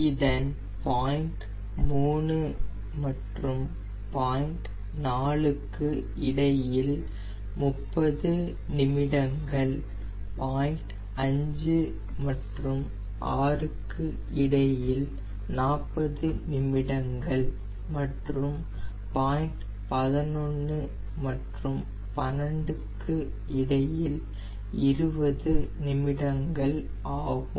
இதன் பாயிண்ட் 3 மற்றும் பாயிண்ட் 4 க்கு இடையில் 30 நிமிடங்கள் பாயிண்ட் 5 மற்றும் 6 க்கு இடையில் 40 நிமிடங்கள் மற்றும் பாயிண்ட் 11 மற்றும் 12 க்கு இடையில் 20 நிமிடங்கள் ஆகும்